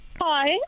Hi